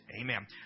Amen